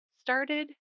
started